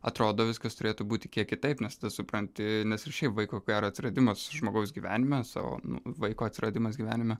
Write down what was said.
atrodo viskas turėtų būti kiek kitaip nes tu supranti nes ir šiaip vaiko ko gero atsiradimas žmogaus gyvenime savo nu vaiko atsiradimas gyvenime